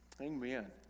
Amen